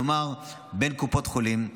כלומר בין קופות החולים,